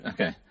Okay